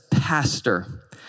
pastor